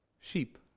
Sheep